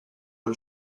all